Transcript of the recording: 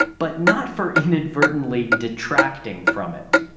but not for inadvertently detracting from it.